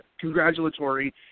congratulatory